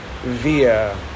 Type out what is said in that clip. via